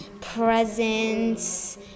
presents